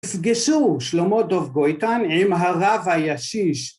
נפגשו שלמה דב גויטיין עם הרב הישיש...